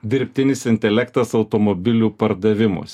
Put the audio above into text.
dirbtinis intelektas automobilių pardavimuose